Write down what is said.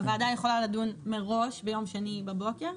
הוועדה יכולה לדון מראש ביום שני בבוקר,